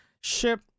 Ship